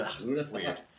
weird